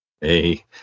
Hey